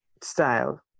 style